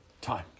time